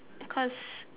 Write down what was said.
because